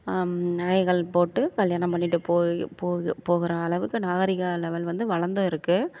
நகைகள் போட்டு கல்யாணம் பண்ணிகிட்டு போய் போகு போகிற அளவுக்கு நாகரிக லெவல் வந்து வளந்துருக்குது